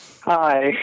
Hi